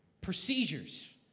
procedures